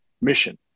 mission